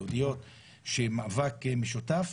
יהודיות שמאבק משותף.